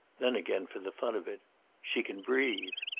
then again for the fun of it she can breathe.